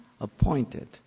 appointed